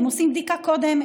הם עושים בדיקה קודם,